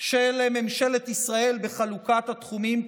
של ממשלת ישראל בחלוקת התחומים,